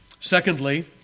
Secondly